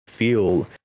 feel